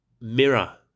mirror